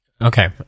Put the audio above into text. Okay